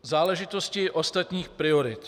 Záležitosti ostatních priorit.